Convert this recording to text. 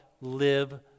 live